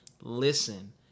listen